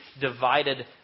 divided